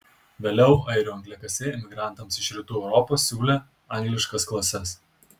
vėliau airių angliakasiai emigrantams iš rytų europos siūlė angliškas klases